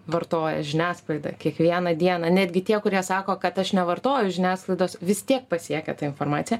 vartoja žiniasklaidą kiekvieną dieną netgi tie kurie sako kad aš nevartoju žiniasklaidos vis tiek pasiekia tą informaciją